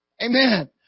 Amen